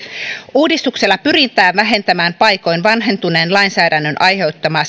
uudistuksella pyritään vähentämään paikoin vanhentuneen lainsäädännön aiheuttamaa